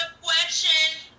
question